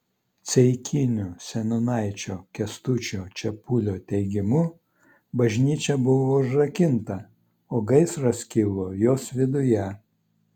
ceikinių seniūnaičio kęstučio čepulio teigimu bažnyčia buvo užrakinta o gaisras kilo jos viduje